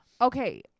Okay